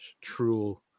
true